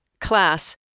class